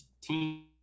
team